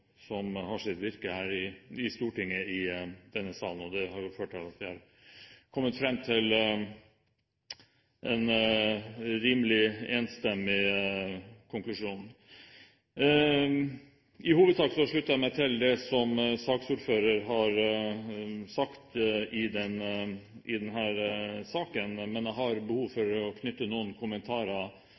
som har sitt virke her i Stortinget, i denne salen. Det har ført til at vi har kommet fram til en rimelig enstemmig konklusjon. I hovedsak slutter jeg meg til det som stortingspresidenten har sagt i denne saken, men jeg har behov for å knytte noen kommentarer